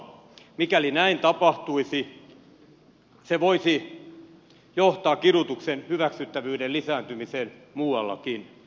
mikäli näin tapahtuisi se voisi johtaa kidutuksen hyväksyttävyyden lisääntymiseen muuallakin